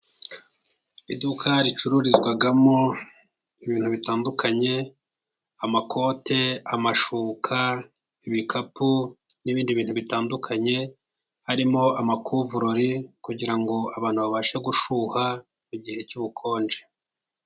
Iduka ricururizwamo ibintu bitandukanye:amakote, amashuka, ibikapu n'ibindi bintu bitandukanye harimo amakuvurirori, kugira ngo abantu babashe gushyuha mu gihe cy'ubukonje.